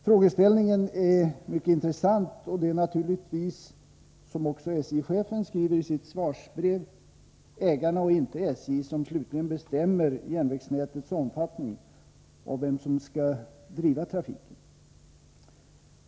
Frågeställningen är mycket intressant, men det är naturligtvis, som också SJ-chefen skriver i sitt svarsbrev, ägarna och inte SJ som slutligen bestämmer vilken omfattning järnvägsnätet skall ha och vem som skall driva trafiken.